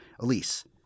Elise